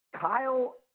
Kyle